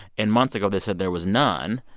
and months ago they said there was none,